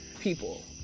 people